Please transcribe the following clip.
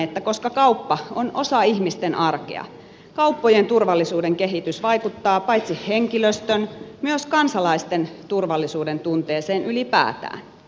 että koska kauppa on osa ihmisten arkea kauppojen turvallisuuden kehitys vaikuttaa paitsi henkilöstön myös kansalaisten turvallisuudentunteeseen ylipäätään